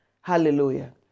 Hallelujah